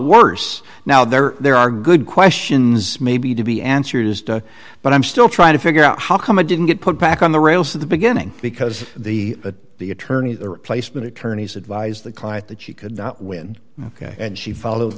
worse now there there are good questions maybe to be answered but i'm still trying to figure out how come it didn't get put back on the rails at the beginning because the the attorney the replacement attorneys advised the client that she could not win ok and she followed